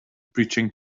breaching